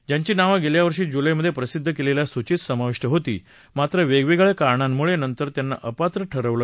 ज्यांची नावं गेल्यावर्षी जुलैमधे प्रसिद्ध केलेल्या सूचित समाविष्ट होती मात्र वेगवेगळ्या कारणांमुळे नंतर त्यांना अपात्र ठरवलं होतं